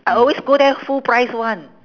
I always go there full price [one]